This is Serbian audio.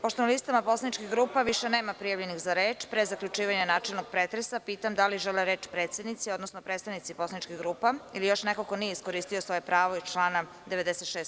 Pošto na listama poslaničkih grupa više nema prijavljenih za reč, pre zaključivanja načelnog pretresa pitam da li žele reč predsednici, odnosno predstavnici poslaničkih grupa ili još neko ko nije iskoristio svoje pravo iz člana 96.